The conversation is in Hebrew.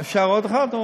אפשר עוד אחד?